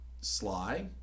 sly